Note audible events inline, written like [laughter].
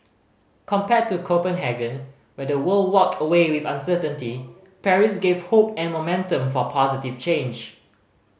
compared to Copenhagen where the world [noise] walked away with uncertainty Paris gave hope and momentum for positive change